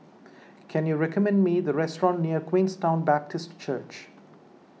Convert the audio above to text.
can you recommend me the restaurant near Queenstown Baptist Church